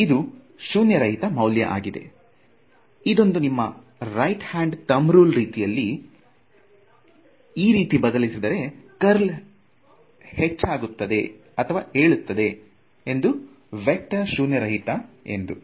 ಇದು ಶೂನ್ಯರಹಿತ ಮೌಲ್ಯ ಆಗಿದ್ದು ಇದೊಂದು ನಿಮ್ಮ ರೈಟ್ ಹ್ಯಾಂಡ್ ತಂಬ್ ರೂಲ್ ರೀತಿಯಲ್ಲಿ ಇದು ಈ ರೀತಿ ನಾವು ಬದಲಿಸಿದರೆ ಕರ್ಲ್ ಹೇಳುತ್ತೆ ವೇಕ್ಟರ್ ಶೂನ್ಯರಹಿತ ಎಂದು